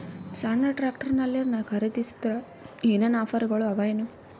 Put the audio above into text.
ಸಣ್ಣ ಟ್ರ್ಯಾಕ್ಟರ್ನಲ್ಲಿನ ಖರದಿಸಿದರ ಏನರ ಆಫರ್ ಗಳು ಅವಾಯೇನು?